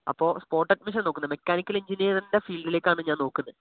അപ്പോൾ സ്പോട്ട് അഡ്മിഷനാ നോക്കുന്നത് മെക്കാനിക്കല് എഞ്ചിനീയറിന്റെ ഫീല്ഡിലേക്കാണ് ഞാന് നോക്കുന്നത്